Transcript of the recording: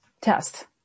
test